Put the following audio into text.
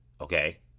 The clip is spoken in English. Okay